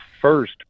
first